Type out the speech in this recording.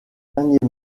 dernier